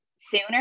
sooner